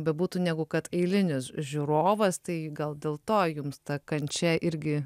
bebūtų negu kad eilinis žiūrovas tai gal dėl to jums ta kančia irgi